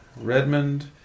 Redmond